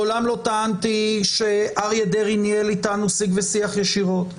מעולם לא טענתי שאריה ניהל איתנו סיג ושיח ישירות,